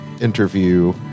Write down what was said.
interview